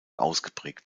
ausgeprägt